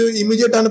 immediate